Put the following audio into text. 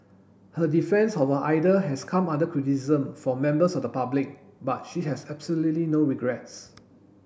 her defence of her idol has come under criticism from members of the public but she has absolutely no regrets